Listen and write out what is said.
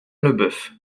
leboeuf